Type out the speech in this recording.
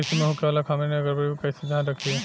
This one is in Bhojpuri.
कृषि में होखे वाला खामियन या गड़बड़ी पर कइसे ध्यान रखि?